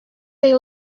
they